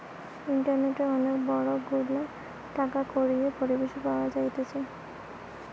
ইন্টারনেটে অনেক গুলা টাকা কড়ির পরিষেবা পাওয়া যাইতেছে